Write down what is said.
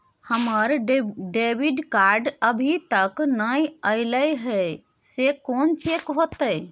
हमर debit card अभी तकल नय अयले हैं, से कोन चेक होतै?